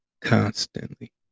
constantly